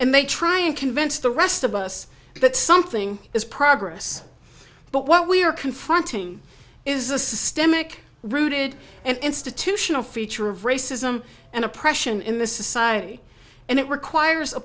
and they try and convince the rest of us that something is progress but what we are confronting is a systemic rooted and institutional feature of racism and oppression in this society and it requires a